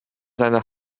seine